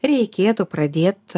reikėtų pradėt